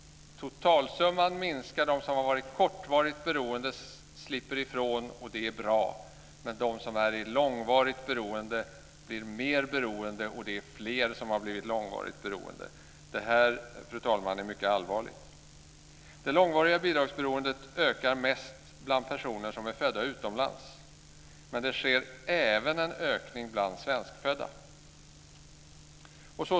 Totalsumman minskar. De som varit kortvarigt beroende slipper ifrån, och det är bra. Men de som är i långvarigt beroende blir mer beroende, och det är fler som har blivit långvarigt beroende. Detta, fru talman, är mycket allvarligt. Det långvariga bidragsberoendet ökar mest bland personer som är födda utomlands men det sker även en ökning bland svenskfödda.